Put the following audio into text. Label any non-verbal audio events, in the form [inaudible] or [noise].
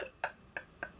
[laughs]